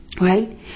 right